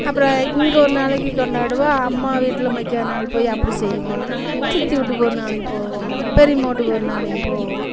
அப்புறம் இங்கே ஒரு நாளைக்கு கொண்டாடுவோம் அம்மா வீட்டில் மக்கா நாள் போய் அப்படி செய்வோம் சித்தி வீட்டுக்கு ஒரு நாளைக்கு போவோம் பெரியம்மா வீட்டுக்கு ஒரு நாளைக்கு போவோம்